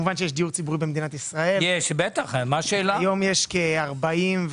זה נראה כאילו הוא מתערב בדברים לא לו.